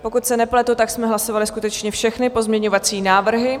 Pokud se nepletu, tak jsme hlasovali skutečně všechny pozměňovací návrhy.